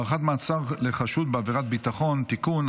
(הארכת מעצר לחשוד בעבירת ביטחון) (תיקון),